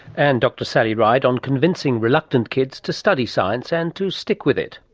and dr sally ride on convincing reluctant kids to study science and to stick with it.